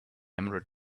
emerald